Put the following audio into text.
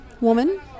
woman